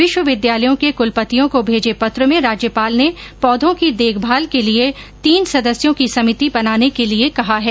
विश्वविद्यालयों के कुलपतियों को भेजे पत्र में राज्यपाल ने पौधों की देखभाल के लिए तीन सदस्यों की समिति बनाने के लिए कहा है